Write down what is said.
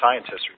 scientists